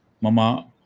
Mama